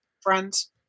friends